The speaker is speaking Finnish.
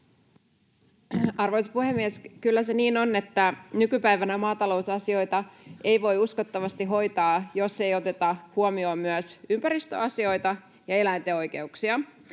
Arvoisa puhemies! Kyllä se niin on, että nykypäivänä maatalousasioita ei voi uskottavasti hoitaa, jos ei oteta huomioon myös ympäristöasioita ja eläinten oikeuksia.